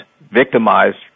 victimized